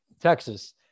Texas